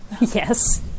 Yes